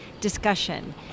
discussion